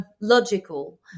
logical